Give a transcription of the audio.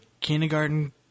kindergarten